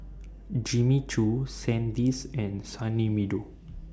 Jimmy Choo Sandisk and Sunny Meadow